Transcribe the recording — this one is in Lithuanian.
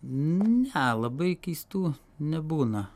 ne labai keistų nebūna